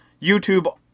YouTube